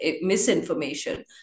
misinformation